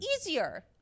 easier